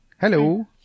Hello